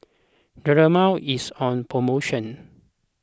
Dermale is on promotion